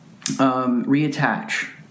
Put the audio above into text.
reattach